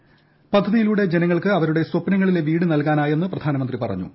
PMAY പദ്ധതിയിലൂടെ ജനങ്ങൾക്ക് അവരുടെ സ്വപ്നങ്ങളിലെ വീട് നൽകാനായെന്ന് പ്രധാനമന്ത്രി പറഞ്ഞു